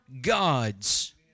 God's